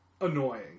annoying